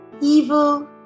evil